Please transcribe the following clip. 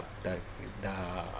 the the